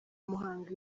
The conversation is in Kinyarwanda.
muhanga